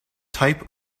type